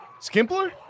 Skimpler